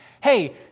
hey